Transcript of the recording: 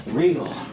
Real